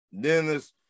Dennis